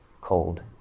cold